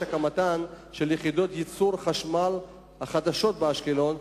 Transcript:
הקמת יחידות ייצור חשמל חדשות באשקלון,